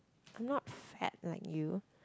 I'm not fat like you